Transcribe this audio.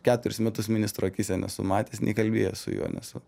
keturis metus ministro akyse nesu matęs nei kalbėjęs su juo nesu